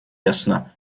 ясна